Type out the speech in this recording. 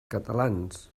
catalans